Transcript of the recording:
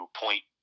point